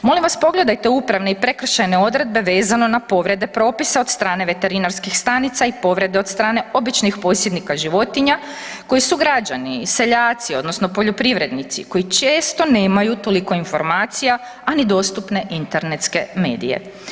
Molim vas, pogledajte upravne i prekršajne odredbe vezano na povrede propisa od strane veterinarskih stanica i povreda od strane običnih posjednika životinja, koje su građani i seljaci odnosno poljoprivrednici koji često nemaju toliko informacija, a ni dostupne internetske medije.